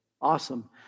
Awesome